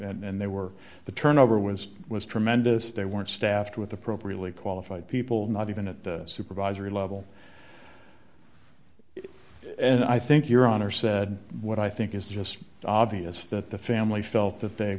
and they were the turnover was was tremendous they weren't staffed with appropriately qualified people not even at the supervisory level and i think your honor said what i think is just obvious that the family felt that they